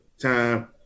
time